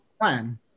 plan